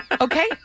Okay